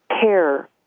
care